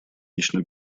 лично